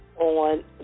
on